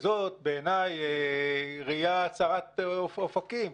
וזאת בעיניי ראייה צרת אופקים,